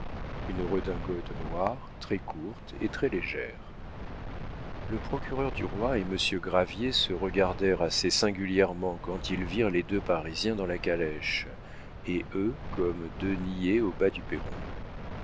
une redingote noire très courte et très légère le procureur du roi et monsieur gravier se regardèrent assez singulièrement quand ils virent les deux parisiens dans la calèche et eux comme deux niais au bas du perron